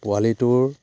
পোৱালিটোৰ